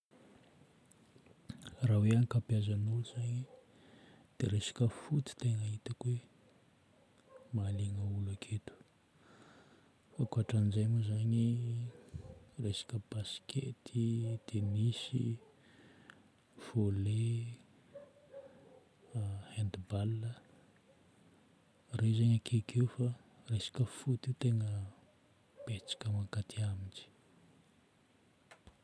Raha hoe ankabiazan'olo zegny dia resaka foty tegna hitako heo mahaliagna olo aketo. Ankoatran'izay moa zagny, resaka baskety, tennis, volley, hand ball, ireo zagny akaiky eo fa resaka foty io tegna betsaka mankatia mihitsy.